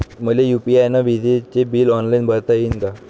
मले यू.पी.आय न विजेचे बिल ऑनलाईन भरता येईन का?